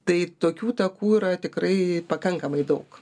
tai tokių takų yra tikrai pakankamai daug